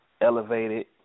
elevated